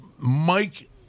Mike